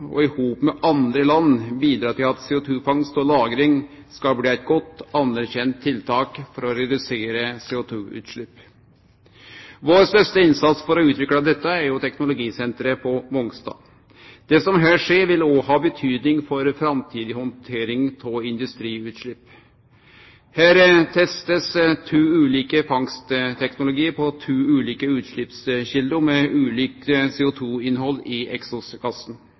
og i hop med andre land bidra til at CO2-fangst og -lagring skal bli eit godt anerkjent tiltak for å redusere CO2-utslepp. Vår største innsats for å utvikle dette er jo teknologisenteret på Mongstad. Det som skjer her, vil òg ha betydning for framtidig handtering av industriutslepp. Her blir to ulike fangstteknologiar testa på to ulike utsleppskjelder med ulikt CO2-innhald i eksosgassen.